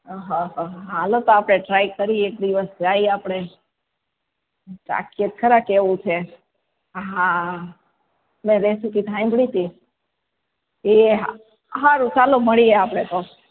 હા હ હાલો તો આપણે ટ્રાય કરીએ એક દિવસ જઈ આપણે ચાખીએ તો ખરા કેવું છે હા મેં રેસીપી સાંભળી હતી એ હા સારું ચાલો મળીએ આપણે તો